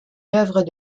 l’œuvre